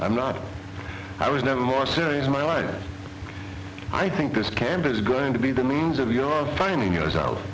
i'm not i was never more serious in my life i think this camp is going to be the means of you finding yourself